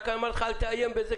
רק שאני אומר לך שאל תאיים בזה,